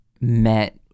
met